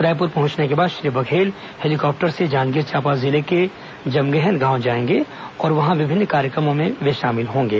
रायपुर पहुंचने के बाद श्री बघेल हेलीकॉप्टर से जांजगीर चांपा जिले के जमगहन गांव जाएंगे और वहां विभिन्न कार्यक्रमों में शामिल होंगे